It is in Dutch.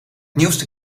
nieuwste